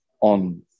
on